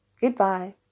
Goodbye